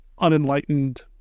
unenlightened